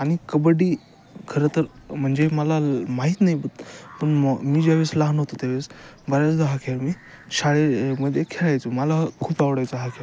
आणि कबड्डी खरं तर म्हणजे मला ल माहीत नाही पण मग मी ज्या वेळेस लहान होतो त्या वेळेस बऱ्याचदा हा खेळ मी शाळेमध्ये खेळायचो मला खूप आवडायचा हा खेळ